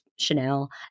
Chanel